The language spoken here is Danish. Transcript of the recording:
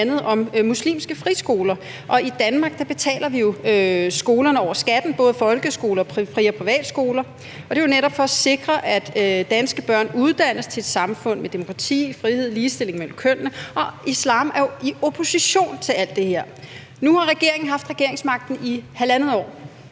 om muslimske friskoler, og i Danmark betaler vi jo skolerne over skatten, både folkeskoler og fri- og privatskoler, og det er jo netop for at sikre, at danske børn uddannes til et samfund med demokrati, frihed og ligestilling mellem kønnene. Og islam er jo i opposition til alt det. Nu har regeringen haft regeringsmagten i halvandet år.